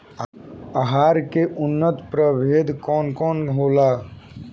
अरहर के उन्नत प्रभेद कौन कौनहोला?